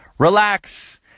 Relax